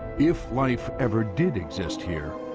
if life ever did exist here,